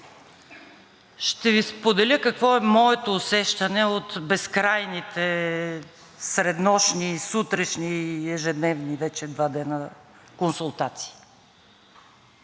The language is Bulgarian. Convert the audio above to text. Ще Ви споделя какво е моето усещане от безкрайните среднощни, сутрешни и ежедневни консултации